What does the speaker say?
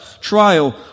trial